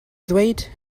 ddweud